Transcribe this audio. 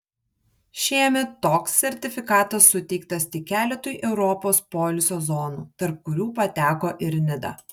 šiemet toks sertifikatas suteiktas tik keletui europos poilsio zonų tarp kurių pateko ir nida